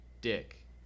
Dick